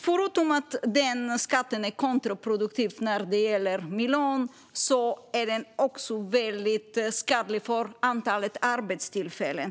Förutom att denna skatt är kontraproduktiv för miljön är den också väldigt skadlig för antalet arbetstillfällen.